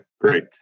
great